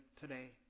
today